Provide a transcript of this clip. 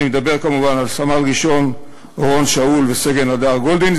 אני מדבר כמובן על סמל ראשון אורון שאול וסגן הדר גולדין,